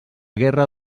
guerra